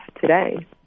today